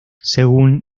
según